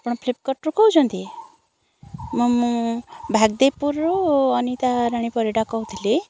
କ'ଣ ଫ୍ଲିପକାର୍ଟ୍ରୁ କହୁଛନ୍ତି ମୁଁ ଭାଗଦେବପୁରରୁ ମୁଁ ଅନିତାରାଣୀ ପରିଡ଼ା କହୁଥିଲି